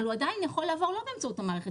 אבל הוא עדיין יכול לעבור לא באמצעות המערכת,